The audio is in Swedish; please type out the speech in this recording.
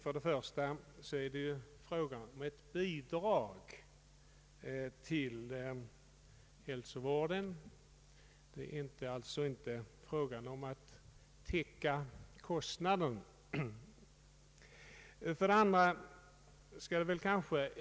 Herr talman! Jag medger att jag gjorde mig skyldig till en felsägning.